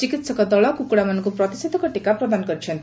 ଚିକିହକ ଦଳ କୁକୁଡ଼ାମାନଙ୍କୁ ପ୍ରତିଷେଧକ ଟୀକା ପ୍ରଦାନ କରିଛନ୍ତି